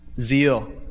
Zeal